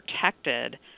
protected